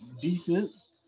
defense